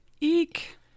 Eek